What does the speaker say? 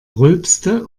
rülpste